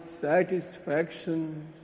satisfaction